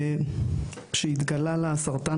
הסרטן